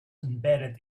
embedded